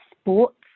sports